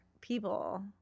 people